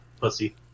pussy